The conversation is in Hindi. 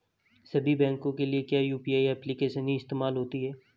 सभी बैंकों के लिए क्या यू.पी.आई एप्लिकेशन ही इस्तेमाल होती है?